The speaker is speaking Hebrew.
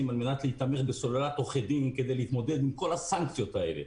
כדי באמצעות סוללת עורכי דין להתמודד עם כל הסנצקיות האלה,